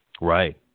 Right